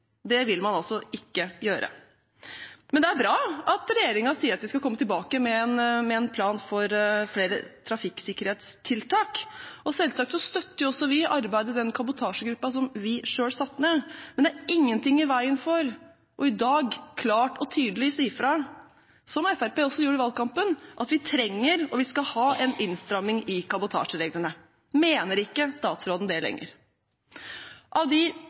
Det vil man altså ikke gjøre. Men det er bra at regjeringen sier at de skal komme tilbake med en plan for flere trafikksikkerhetstiltak. Vi støtter selvsagt også arbeidet til den kabotasjegruppen vi selv satte ned, men det er ingenting i veien for i dag klart og tydelig å si fra – som Fremskrittspartiet også gjorde i valgkampen – at vi trenger og skal ha en innstramming i kabotasjereglene. Mener ikke statsråden det lenger? Av de